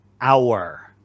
hour